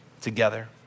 together